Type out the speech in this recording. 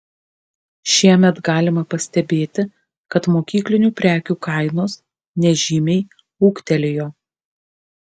šiemet galima pastebėti kad mokyklinių prekių kainos nežymiai ūgtelėjo